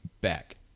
back